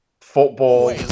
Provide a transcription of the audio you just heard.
Football